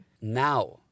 now